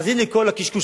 אז הנה, כל הקשקושים,